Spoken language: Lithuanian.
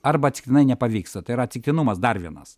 arba atsitiktinai nepavyksta tai yra atsitiktinumas dar vienas